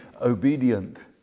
obedient